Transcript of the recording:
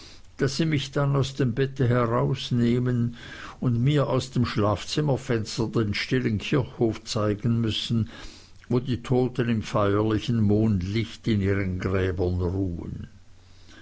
daß sie mich dann aus dem bette herausnehmen und mir aus dem schlafzimmerfenster den stillen kirchhof zeigen müssen wo die toten im feierlichen mondlicht in ihren gräbern ruhen